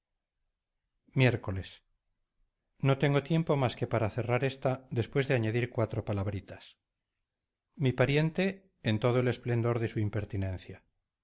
miércoles no tengo tiempo más que para cerrar esta después de añadir cuatro palabritas mi pariente en todo el esplendor de su impertinencia